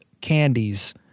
candies